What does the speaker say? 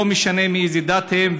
לא משנה מאיזו דת הם.